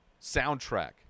soundtrack